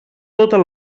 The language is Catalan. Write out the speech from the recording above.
totes